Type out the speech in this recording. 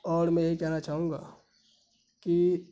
اور میں یہی کہنا چاہوں گا کہ